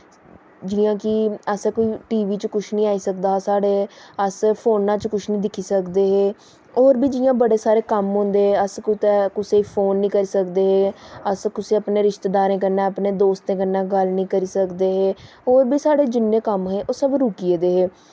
जि'यां कि असें कोई टी वी च कुछ नेईं आई सकदा साढ़े अस फोन च कुछ नेईं दिक्खी सकदे होऱ बी जि'यां बड़े सारे कम्म होंदे अस कुतै कुसै गी फोन नेईं करी सकदे हे अस कुसै अपने रिश्तेदारे कन्नै अपने दोस्तें कन्नै गल्ल नेईं करी सकदे हे होर बी साढ़े जिन्ने कन्म हे सब रुकी गेदे हे